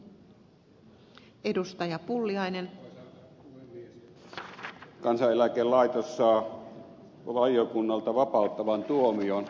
kansaneläkelaitos saa valiokunnalta vapauttavan tuomion